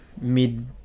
mid